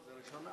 בירושלים,